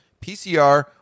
PCR